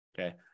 Okay